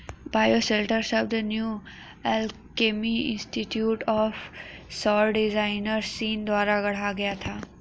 bioshelter शब्द New Alchemy Institute और सौर डिजाइनर सीन द्वारा गढ़ा गया था